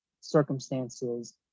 circumstances